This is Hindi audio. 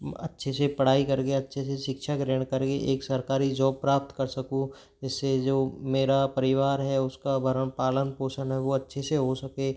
अच्छे से पढ़ाई करके अच्छे से शिक्षा ग्रहण करके एक सरकारी जॉब प्राप्त कर सकूँ इससे जो मेरा परिवार है उसका भरण पालन पोषण है वो अच्छे से हो सके